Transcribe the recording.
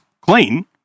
clean